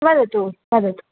वदतु वदतु